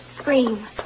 scream